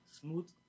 smooth